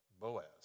Boaz